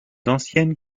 anciennes